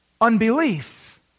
Unbelief